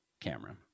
camera